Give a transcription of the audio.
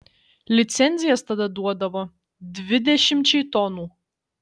licencijas tada duodavo dvidešimčiai tonų